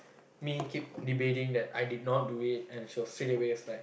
me keep debating that I did not do it and she was straightaway like